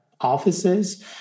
offices